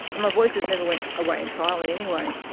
and my voices never went away entirely anyway.